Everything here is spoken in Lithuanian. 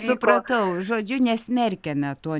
supratau žodžiu nesmerkiame to